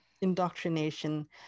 indoctrination